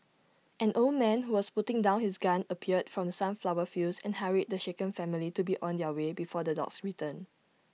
an old man who was putting down his gun appeared from the sunflower fields and hurried the shaken family to be on their way before the dogs return